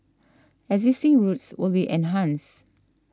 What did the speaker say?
existing routes will be enhanced